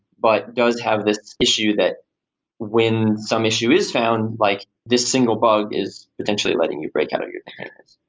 but does have this issue that when some issue is found, like this single bug is potentially letting you break out of your. kind of